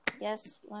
yes